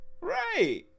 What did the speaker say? Right